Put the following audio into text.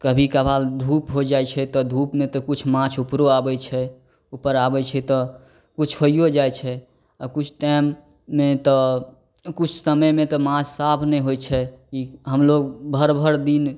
कभी कभाल धूप हो जाइ छै तऽ धूपमे तऽ किछु माछ उपरो आबै छै उपर आबै छै तऽ किछु होइओ जाइ छै आओर किछु टाइममे तऽ किछु समयमे तऽ माछ साफ नहि होइ छै कि हमलोक भरि भरिदिन